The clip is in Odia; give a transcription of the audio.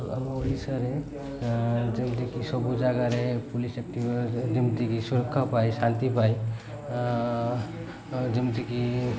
ଆମ ଓଡ଼ିଶାରେ ଯେମିତିକି ସବୁ ଜାଗାରେ ପୋଲିସ ଏକ୍ଟିଭ ଯେମିତିକି ସୁରକ୍ଷା ପାଇଁ ଶାନ୍ତି ପାଏ ଯେମିତିକି